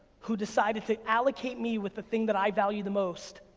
who decided to allocate me with the thing that i value the most,